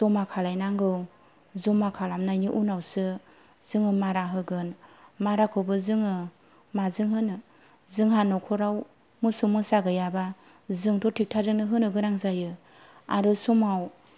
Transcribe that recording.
जमा खालायनांगौ जमा खालामनायनि उनावसो जोङो मारा होगोन माराखौबो जोङो माजों होनो जोंहा नखराव मोसौ मोसा गैयाबा जोंथ' ट्रेकटारजोंनो होनो गोनां जायो आरो समाव